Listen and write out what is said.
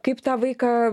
kaip tą vaiką